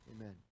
amen